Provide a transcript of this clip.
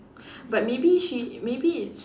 but maybe she maybe it's